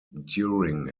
during